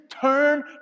turn